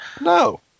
No